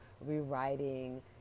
rewriting